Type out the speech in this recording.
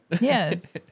Yes